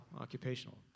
occupational